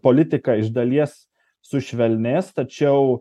politika iš dalies sušvelnės tačiau